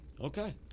Okay